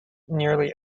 nearly